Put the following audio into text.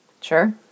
Sure